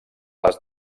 les